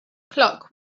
clock